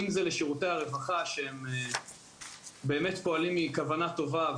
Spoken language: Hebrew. אם זה לשירותי הרווחה שהם באמת פועלים מכוונה טובה,